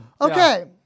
Okay